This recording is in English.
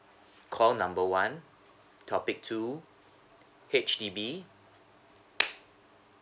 call number one topic two H_D_B